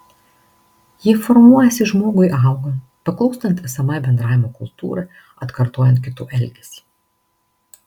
ji formuojasi žmogui augant paklūstant esamai bendravimo kultūrai atkartojant kito elgesį